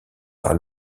par